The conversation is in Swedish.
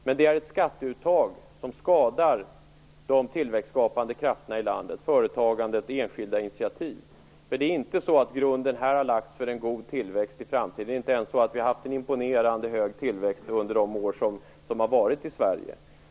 Men det är ett skatteuttag som skadar de tillväxtskapande krafterna i landet, företagandet och de enskilda initiativen. Grunden har inte lagts för en god tillväxt i framtiden. Vi har inte ens haft en imponerande hög tillväxt under de år som har varit i Sverige.